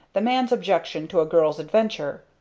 the man's objection to a girl's adventure.